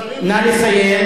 המלצרים, נא לסיים.